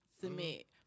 submit